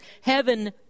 Heaven